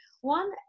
one